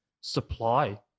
supply